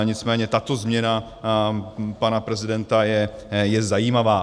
Nicméně tato změna pana prezidenta je zajímavá.